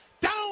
Down